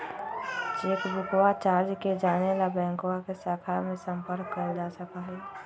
चेकबुकवा चार्ज के जाने ला बैंकवा के शाखा में संपर्क कइल जा सका हई